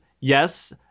yes